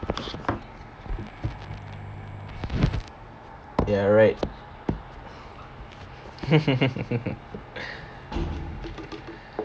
ya right